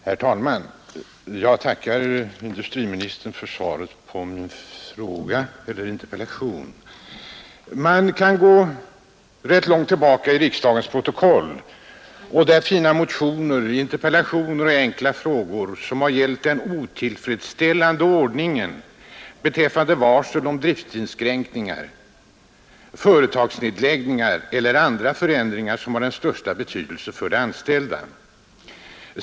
Herr talman! Jag tackar industriministern för svaret på min interpellation. Man kan gå rätt långt tillbaka i riksdagens protokoll och där finna motioner, interpellationer och enkla frågor som har gällt den otillfredsställande ordningen beträffande varsel om driftsinskränkningar, företagsnedläggningar eller andra förändringar som har den största betydelse för de anställda.